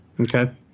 Okay